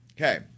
Okay